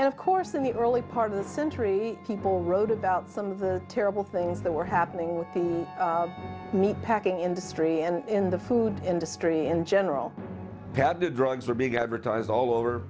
and of course in the early part of this century people wrote about some of the terrible things that were happening with the meat packing industry and in the food industry in general that the drugs were big advertise all over